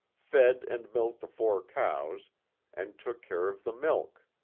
fed and milked the four cows and took care of the milk.